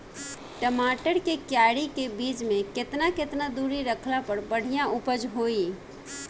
टमाटर के क्यारी के बीच मे केतना केतना दूरी रखला पर बढ़िया उपज होई?